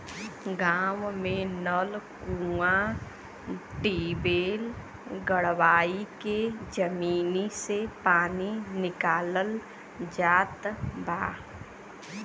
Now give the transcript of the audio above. गांव में नल, कूंआ, टिबेल गड़वाई के जमीनी से पानी निकालल जात बा